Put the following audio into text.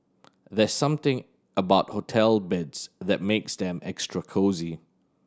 there's something about hotel beds that makes them extra cosy